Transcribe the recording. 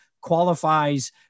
qualifies